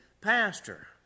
pastor